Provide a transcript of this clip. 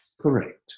correct